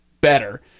better